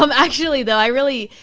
um actually though i really.